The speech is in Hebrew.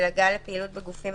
הגעה לפעילות בגופים,